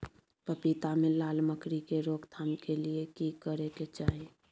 पपीता मे लाल मकरी के रोक थाम के लिये की करै के चाही?